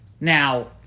Now